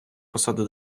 посаду